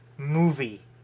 Movie